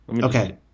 Okay